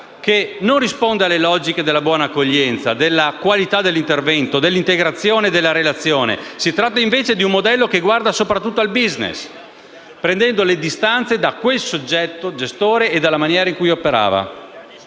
che non risponde alle logiche della buona accoglienza, della qualità dell'intervento, dell'integrazione e della relazione. Si tratta invece di un modello che guarda soprattutto al *business*, prendendo le distanze da quel soggetto gestore e dalla maniera in cui operava.